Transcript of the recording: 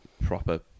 Proper